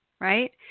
right